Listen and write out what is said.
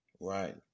Right